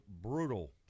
brutal